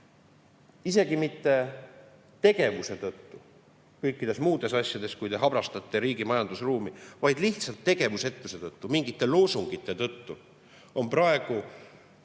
Isegi mitte tegevuse tõttu kõikides muudes asjades, kui te habrastate riigi majandusruumi, vaid lihtsalt tegevusetuse tõttu, mingite loosungite tõttu on praegu